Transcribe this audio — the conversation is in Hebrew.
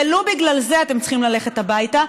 ולו בגלל זה אתם צריכים ללכת הביתה,